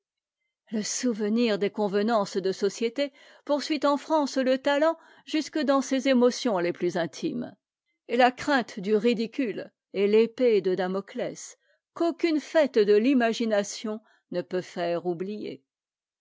le souvenir des convenances de société poursuit en france le talent jusque dans ses émotions les plus intimes et la crainte du ridicule est t'épée de damoclès qu'aucune fête de l'imagination ne peut faire oublier